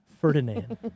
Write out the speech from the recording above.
Ferdinand